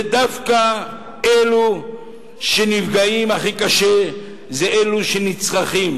דווקא אלה שנפגעים הכי קשה זה אלה שנצרכים,